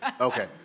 Okay